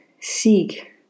seek